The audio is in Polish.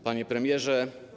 Panie Premierze!